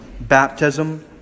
baptism